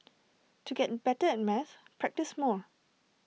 to get better at maths practise more